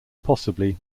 possibly